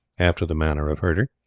after the manner of herder,